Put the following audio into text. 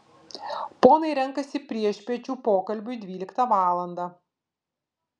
ponai renkasi priešpiečių pokalbiui dvyliktą valandą